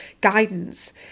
guidance